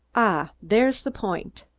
ah! there's the point!